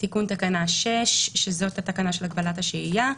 תיקון תקנה 6, זאת התקנה של הגבלת השהייה.